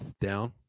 down